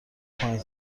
پایین